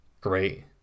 great